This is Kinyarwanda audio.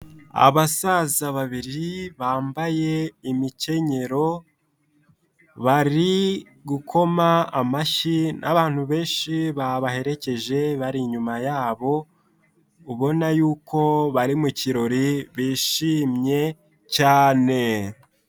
Abasaza babiri bambaye imikenyero bari gukoma amashyi n'abantu benshi babaherekeje bari inyuma yabo ubona yuko bari mu kirori bishimye cyane.